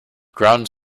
ground